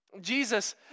Jesus